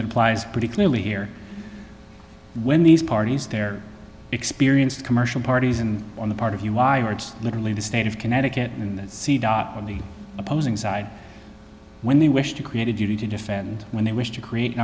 applies pretty clearly here when these parties they're experienced commercial parties and on the part of uighur it's literally the state of connecticut and that's on the opposing side when they wish to create a duty to defend when they wish to create an